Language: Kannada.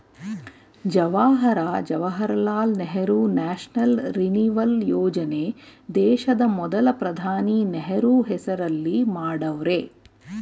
ಜವಾಹರ ಜವಾಹರ್ಲಾಲ್ ನೆಹರು ನ್ಯಾಷನಲ್ ರಿನಿವಲ್ ಯೋಜನೆ ದೇಶದ ಮೊದಲ ಪ್ರಧಾನಿ ನೆಹರು ಹೆಸರಲ್ಲಿ ಮಾಡವ್ರೆ